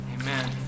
Amen